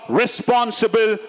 responsible